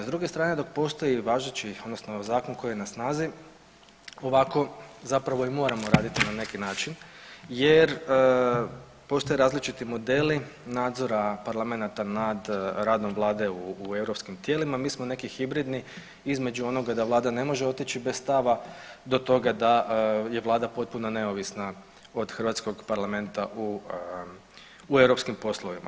S druge strane dok postoji važeći odnosno zakon koji je na snazi ovako zapravo i moramo raditi na neki način jer postoje različiti modeli nadzora parlamenata nad radom vlade u europskim tijelima, mi smo neki hibridni između onoga da vlada ne može otići bez stava do toga da je vlada potpuno neovisna od hrvatskog parlamenta u europskim poslovima.